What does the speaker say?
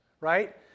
right